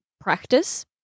practice